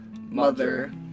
mother